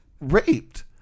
raped